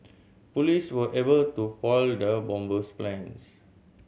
police were able to foil the bomber's plans